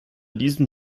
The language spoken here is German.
diesem